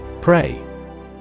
Pray